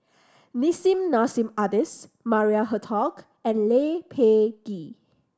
Nissim Nassim Adis Maria Hertogh and Lee Peh Gee